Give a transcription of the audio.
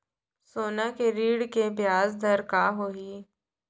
सोना के ऋण के ब्याज दर का होही?